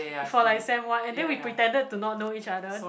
for like same one and then we pretended to not know each other